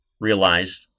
realized